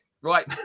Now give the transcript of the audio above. right